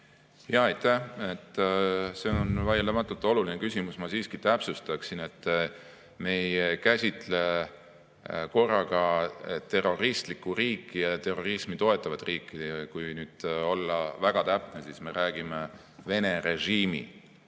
Aitäh! See on vaieldamatult oluline küsimus. Ma siiski täpsustan: me ei käsitle korraga terroristlikku riiki ja terrorismi toetavat riiki. Kui nüüd olla väga täpne, siis me räägime praeguse Vene režiimi